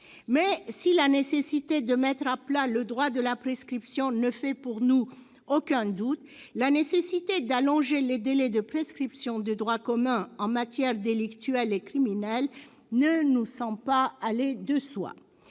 Mais si la nécessité de mettre à plat le droit de la prescription ne fait, pour nous, aucun doute, la nécessité d'allonger les délais de prescription de droit commun en matière délictuelle et criminelle ne nous semble pas aller de soi.